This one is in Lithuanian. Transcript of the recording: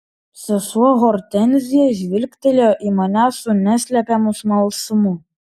sesuo hortenzija žvilgtelėjo į mane su neslepiamu smalsumu